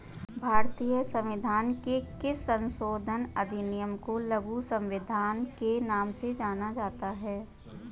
भारतीय संविधान के किस संशोधन अधिनियम को लघु संविधान के नाम से जाना जाता है?